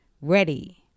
ready